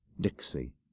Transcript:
Dixie